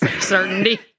certainty